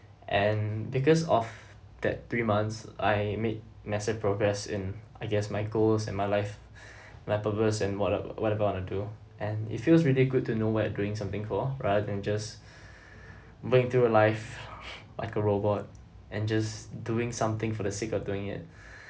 and because of that three months I made massive progress in I guess my goals and my life my purpose and what I what I want to do and it feels really good to know why I'm doing something for rather than just going through life like a robot and just doing something for the sake of doing it